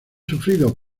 sufridos